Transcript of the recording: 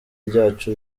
ryacu